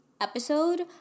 episode